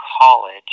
college